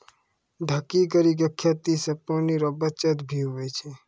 ढकी करी के खेती से पानी रो बचत भी हुवै छै